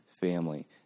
family